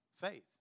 faith